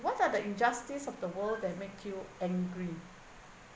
what are the injustice of the world that make you angry